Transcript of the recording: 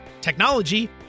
technology